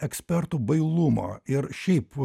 ekspertų bailumo ir šiaip